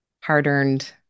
hard-earned